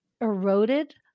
eroded